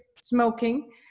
smoking